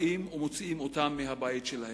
באים ומוציאים אותן מהבית שלהם.